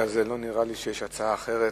במקרה הזה לא נראה לי שיש הצעה אחרת,